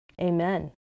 amen